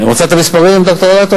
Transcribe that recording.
רוצה את המספרים, ד"ר אדטו?